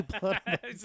blood